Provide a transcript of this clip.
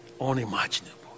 unimaginable